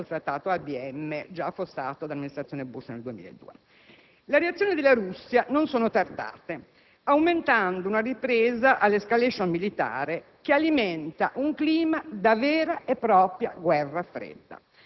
trattato ABM, già affossato dall'Amministrazione Bush nel 2002. Le reazioni della Russia non sono tardate, aumentando una ripresa dell'*escalation* militare che alimenta un clima da vera e propria guerra fredda.